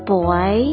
boy